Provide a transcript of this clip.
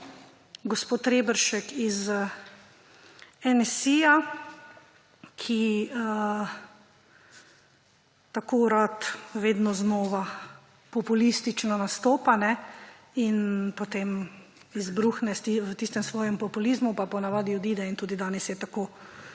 gospod Reberšek iz NSi, ki tako rad vedno znova populistično nastopa in potem izbruhne v tistem svojem populizmu pa ponavadi odide. In tudi danes je tako,